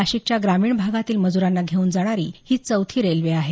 नाशिकच्या ग्रामीण भागातील मजुरांना घेऊन जाणारी ही चौथी रेल्वे आहे